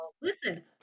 Listen